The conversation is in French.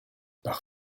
par